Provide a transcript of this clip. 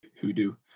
Who-do